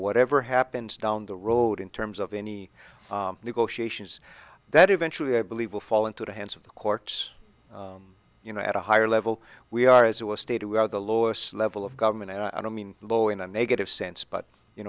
whatever happens down the road in terms of any negotiations that eventually i believe will fall into the hands of the courts you know at a higher level we are as it was stated we are the lowest level of government and i don't mean low in a negative sense but you